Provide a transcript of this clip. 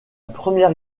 première